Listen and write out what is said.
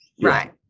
Right